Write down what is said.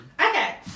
Okay